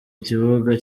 kibuga